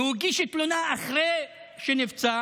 הוא הגיש תלונה אחרי שנפצע,